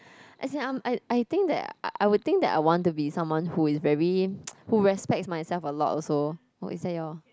as in I'm I I think that I would think that I want to be someone who is is very who respects myself a lot also is that your